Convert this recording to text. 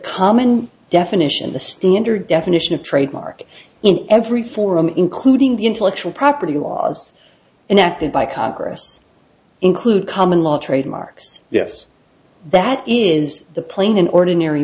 common definition the standard definition of trademark in every forum including the intellectual property laws enacted by congress include common law trademarks yes that is the plain ordinary